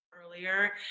earlier